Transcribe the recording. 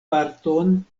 parton